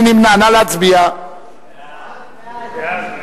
מי נמנע?